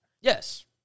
Yes